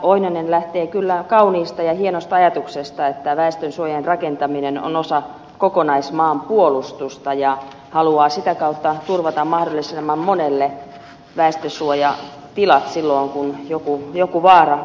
oinonen lähtee kyllä kauniista ja hienosta ajatuksesta että väestönsuojien rakentaminen on osa kokonaismaanpuolustusta ja haluaa sitä kautta turvata mahdollisimman monelle väestönsuojatilat silloin kun joku vaara uhkaa